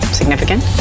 significant